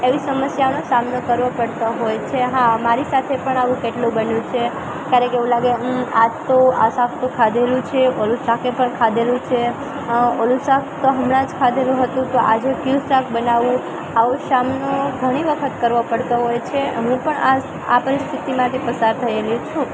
એવી સમસ્યાનો સામનો કરવો પડતો હોય છે હા મારી સાથે પણ આવું કેટલું બન્યું છે ક્યારેક એવું લાગે આજ તો આ શાક તો ખાધેલું છે ઓલું શાકે ખાધેલું છે અ ઓલું શાક તો હમણાં જ ખાધેલું હતું તો આજે ક્યું શાક બનાવું આવો સામનો ઘણી વખત કરવો પડતો હોય છે હું પણ આ પરિસ્થિતિમાંથી પસાર થયેલી છું